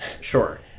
Sure